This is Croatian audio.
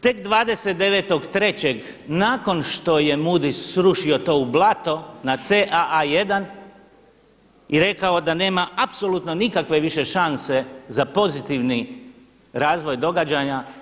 Tek 290.3. nakon što je Moodys srušio to u blato na CAA1 i rekao da nema apsolutno nikakve više šanse za pozitivni razvoj događaja.